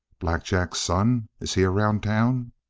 black jack's son! is he around town?